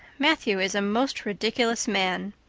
matthew is a most ridiculous man.